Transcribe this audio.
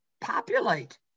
populate